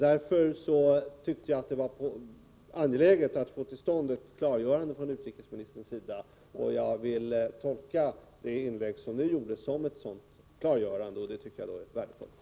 Därför tyckte jag att det var angeläget att få till stånd ett klargörande från utrikesministerns sida, och jag vill tolka det inlägg som nu gjordes som ett sådant klargörande. Det tycker jag då är värdefullt.